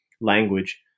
language